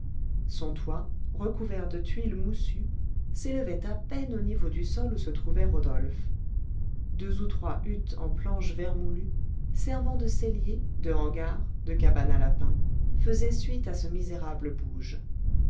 son toit recouvert de tuiles moussues s'élevait à peine au niveau du sol où se trouvait rodolphe deux ou trois huttes en planches vermoulues servant de cellier de hangar de cabane à lapins faisaient suite à ce misérable bouge